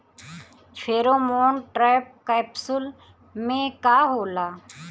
Pheromone trap capsule में का होला?